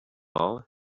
all